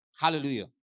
Hallelujah